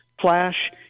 Flash